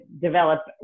develop